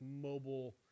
mobile